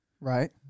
Right